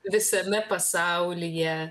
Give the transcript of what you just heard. visame pasaulyje